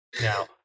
Now